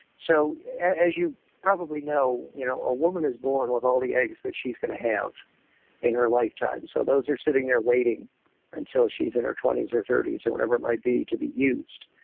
so as you probably know, you know a woman is born with all the eggs that she's going to have in her lifetime, so those are sitting there waiting until she's in her twenty s or thirty s or whatever it might be, to be used.